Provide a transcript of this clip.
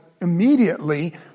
immediately